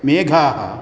मेघाः